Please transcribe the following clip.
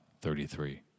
Thirty-three